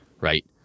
Right